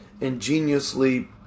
ingeniously